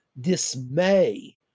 dismay